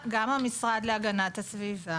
האחווה הממשלתית,